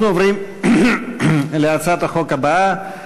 אנחנו עוברים להצעת החוק הבאה,